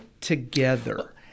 together